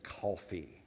coffee